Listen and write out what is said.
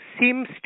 seems